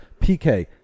PK